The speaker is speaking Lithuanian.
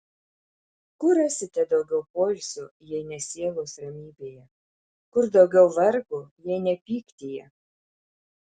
kur rasite daugiau poilsio jei ne sielos ramybėje kur daugiau vargo jei ne pyktyje